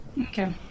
Okay